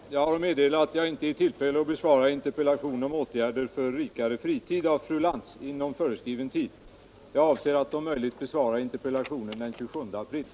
Herr talman! Jag har att meddela att jag inte är i tillfälle att besvara en in — Om dtgärder för att terpellation om åtgärder för en rikare fritid av fru Lantz inom föreskriven = förbättra sysselsätttid. ningen i Malmöhus